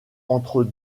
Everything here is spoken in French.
entre